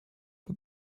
but